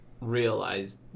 realize